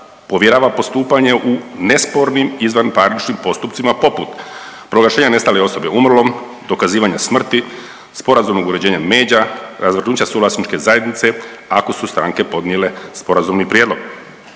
povjerava postupanje u nespornim izvanparničnim postupcima poput proglašenje nestale osobe umrlom, dokazivanja smrti, sporazumnog uređenja međa, razvrgnuća suvlasničke zajednice ako su stranke podnijele sporazumni prijedlog.